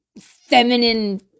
feminine